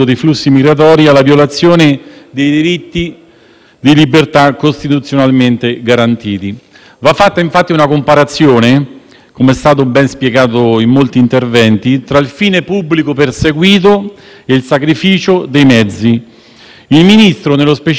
Va fatta infatti una comparazione, come è stato ben spiegato in molti interventi, tra il fine pubblico perseguito e il sacrificio dei mezzi. Il Ministro, nello specifico, si sottrae alla giurisdizione solo se il comportamento dello stesso sia volto a tutelare un bene giuridico